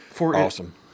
Awesome